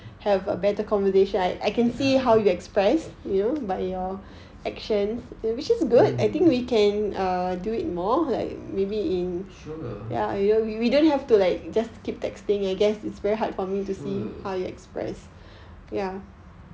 ya mm sure sure